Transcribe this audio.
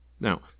Now